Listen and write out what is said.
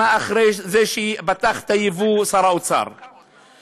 שנה אחרי שפתח שר האוצר את היבוא,